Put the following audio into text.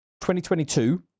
2022